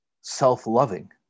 self-loving